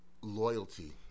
loyalty